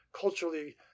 culturally